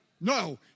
No